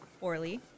Orly